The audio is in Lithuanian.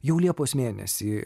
jau liepos mėnesį